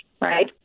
right